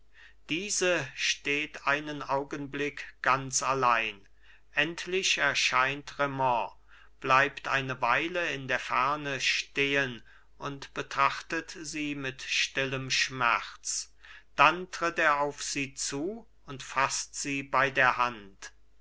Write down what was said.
diese steht einen augenblick ganz allein endlich erscheint raimond bleibt eine weile in der ferne stehen und betrachtet sie mit stillem schmerz dann tritt er auf sie zu und faßt sie bei der hand